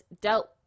dealt